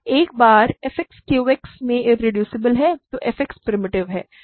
एक बार fX QX में इरेड्यूसिबल है fX प्रिमिटिव है